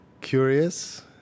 curious